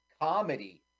comedy